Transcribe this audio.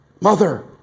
Mother